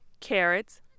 carrots